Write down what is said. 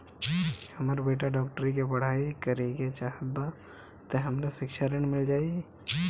हमर बेटा डाक्टरी के पढ़ाई करेके चाहत बा त हमरा शिक्षा ऋण मिल जाई?